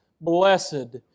Blessed